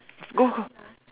go go